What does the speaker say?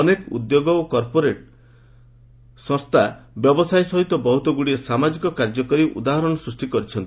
ଅନେକ ଉଦ୍ୟୋଗ୍ ଓ କର୍ପୋରେଟ୍ ସଂସ୍ଥା ବ୍ୟବସାୟ ସହିତ ବହୁତଗୁଡ଼ିଏ ସାମାଜିକ କାର୍ଯ୍ୟ କରି ଉଦାହରଣ ସୃଷ୍ଟି କରିଛନ୍ତି